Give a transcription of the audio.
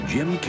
Jim